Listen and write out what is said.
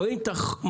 רואים את המחסור.